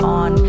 on